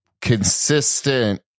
consistent